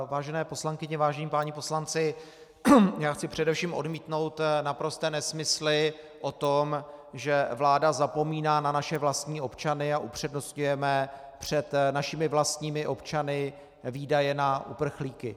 Vážené poslankyně, vážení páni poslanci, já chci především odmítnout naprosté nesmysly o tom, že vláda zapomíná na naše vlastní občany a upřednostňujeme před našimi vlastními občany výdaje na uprchlíky.